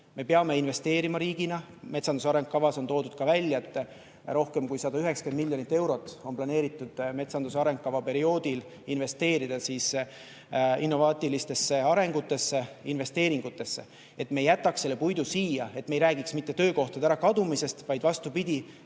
Me peame investeerima riigina. Metsanduse arengukavas on toodud ka välja, et rohkem kui 190 miljonit eurot on planeeritud metsanduse arengukava perioodil investeerida innovaatilistesse arengusuundadesse, investeeringutesse. Et me jätaks selle puidu siia, et me ei räägiks mitte töökohtade kadumisest, vaid vastupidi,